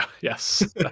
Yes